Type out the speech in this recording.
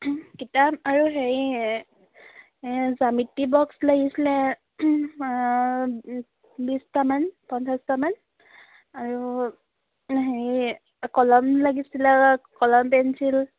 কিতাপ আৰু হেৰি জ্যামিতি বক্স লাগিছিলে বিছটামান পঞ্চাছটামান আৰু হেৰি কলম লাগিছিলে কলম পেঞ্চিল